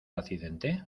accidente